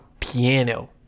Piano